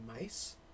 mice